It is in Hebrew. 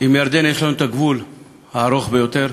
עם ירדן יש לנו הגבול הארוך ביותר.